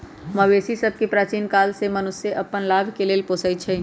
मवेशि सभके प्राचीन काले से मनुष्य अप्पन लाभ के लेल पोसइ छै